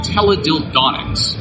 Teledildonics